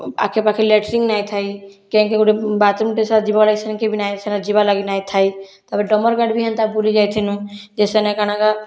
ଆଖେ ପାଖେ ଲେଟ୍ରିନ ନାଇ ଥାଏ କେଁକି ଗୋଟିଏ ବାଥରୁମଟେ ସେ ଯିବା ଳାଗସେ କି ବି ନାଇଁ ସେ ଯିବା ଳାଗି ନାଇଁ ଥାଇ ତାପରେ ଡମରଗାର୍ଡ଼ ବି ହେନ୍ତା ବୁଲି ଯାଇଥିନୁଯେସେନେ କାଣାକା